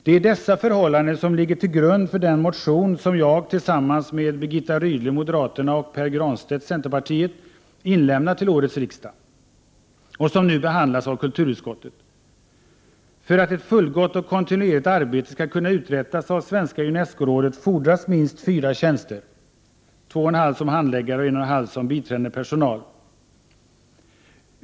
Det är dessa förhållanden som ligger till grund för den motion som jag tillsammans med Birgitta Rydle från moderaterna och Pär Granstedt från centerpartiet inlämnat till årets riksmöte och som nu behandlats av kulturutskottet. För att ett fullgott och kontinuerligt arbete skall kunna uträttas av Svenska Unescorådet fordras minst fyra tjänster: 2,5 som handläggare och 1,5 som biträdande personal.